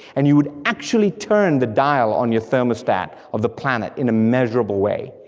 and you would actually turn the dial on your thermostat of the planet in a measurable way.